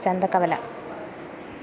Chanthakkavala